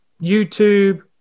YouTube